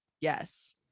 yes